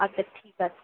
আচ্ছা ঠিক আছে